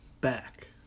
back